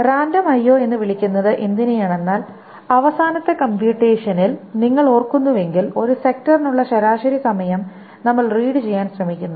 random IO Random IO എന്ന് വിളിക്കുന്നത് എന്തിനെയാണെന്നാൽ അവസാനത്തെ കംപ്യുറ്റേഷനിൽ നിങ്ങൾ ഓർക്കുന്നുവെങ്കിൽ ഒരു സെക്ടറിനുള്ള ശരാശരി സമയം നമ്മൾ റീഡ് ചെയ്യാൻ ശ്രമിക്കുന്നു